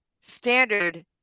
standard